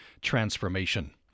Transformation